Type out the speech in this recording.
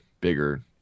bigger